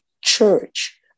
church